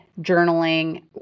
journaling